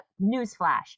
newsflash